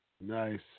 Nice